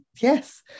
yes